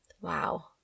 Wow